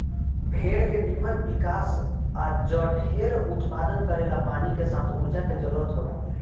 भेड़ के निमन विकास आ जढेर उत्पादन करेला पानी के साथ ऊर्जा के जरूरत होला